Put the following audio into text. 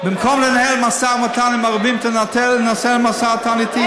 במקום לנהל משא-ומתן עם הערבים תנהל משא-ומתן אתי.